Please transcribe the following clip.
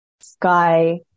Sky